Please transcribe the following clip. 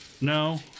No